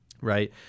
right